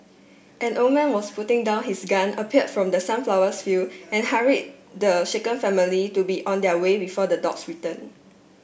an old man was putting down his gun appeared from the sunflower field and hurried the shaken family to be on their way before the dogs return